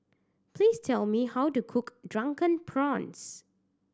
please tell me how to cook Drunken Prawns